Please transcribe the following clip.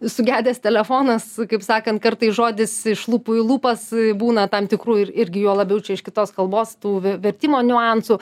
sugedęs telefonas kaip sakant kartais žodis iš lūpų į lūpas būna tam tikrų ir irgi juo labiau čia iš kitos kalbos tų ve vertimo niuansų